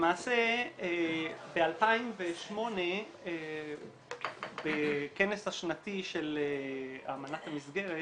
למעשה, ב-2008 בכנס השנתי של אמנת המסגרת